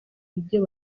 ibyo